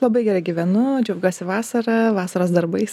labai gerai gyvenu džiaugiuosi vasara vasaros darbais